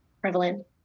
prevalent